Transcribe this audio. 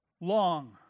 long